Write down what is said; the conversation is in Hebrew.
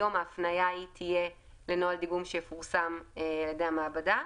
היום ההפניה תהיה לנוהל דיגום שיפורסם על ידי המעבדה,